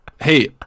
Hey